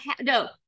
no